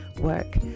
work